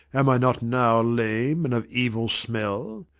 am i not now lame and of evil smell?